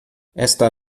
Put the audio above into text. esta